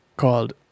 called